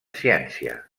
ciència